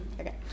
Okay